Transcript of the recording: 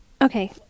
okay